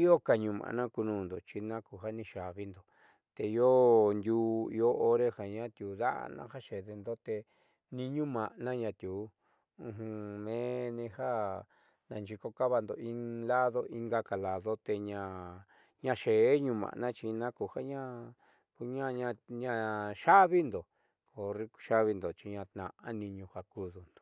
ioka ñu aána ku nuundo xi naku te niiyaávindo te io ndiuu io hore ja atiuu daána ja xeedendo te ni ñu a'ana ñaatiuu meenni ja yi'iko ka'avando in lado ingaka lado teña ñaaxeé ñu a'ana xi nakujaa ñaa yaávindo ko horre yaavindo kaatnaá niñuu jo kuduundo.